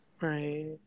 right